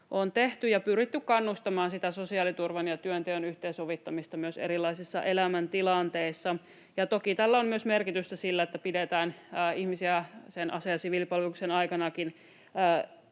on tehty ja pyritty kannustamaan sitä sosiaaliturvan ja työnteon yhteensovittamista myös erilaisissa elämäntilanteissa. Toki on myös merkitystä sillä, että pidetään ihmisiä sen ase- ja siviilipalveluksen aikanakin